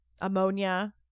ammonia